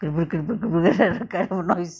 that kind of noise